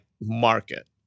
market